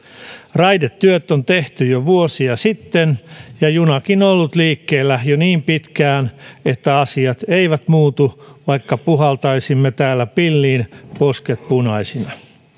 raidetyöt on tehty jo vuosia sitten ja junakin on ollut liikkeellä jo niin pitkään että asiat eivät muutu vaikka puhaltaisimme täällä pilliin posket punaisina